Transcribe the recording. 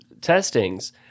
testings